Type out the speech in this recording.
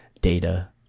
data